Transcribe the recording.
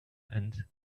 and